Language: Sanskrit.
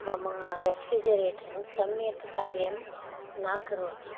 मम रेफ़्रिजिरेटर् सम्यक् कार्यं न करोति